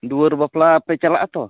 ᱫᱩᱣᱟᱹᱨ ᱵᱟᱯᱞᱟ ᱯᱮ ᱪᱟᱞᱟᱜ ᱟᱛᱚ